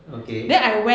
okay